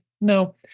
No